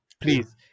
Please